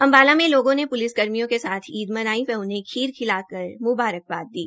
अम्बाला में लोगों ने पुलिस कर्मियों के सथ ईद मनाई व उन्हें खरीद खिलाकर मुबारकबाद दी